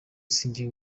sinjye